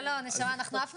למשל אם הוא ילד,